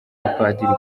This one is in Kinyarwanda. abapadiri